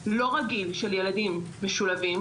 בלתי רגיל של ילדים משולבים,